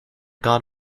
got